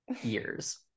years